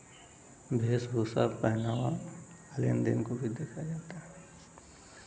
वेश भूषा पहनावा लेन देन को भी देखा जाता है